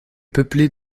peuplée